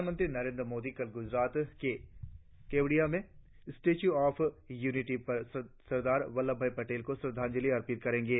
प्रधानमंत्री नरेंद्र मोदी कल गुजरात के केवडिया में स्टैच्यू ऑफ यूनिटी पर सरदार वल्लभभाई पटेल को श्रद्धाजंलि अर्पित करेंगे